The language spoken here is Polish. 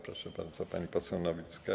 Proszę bardzo, pani poseł Nowicka.